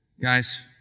Guys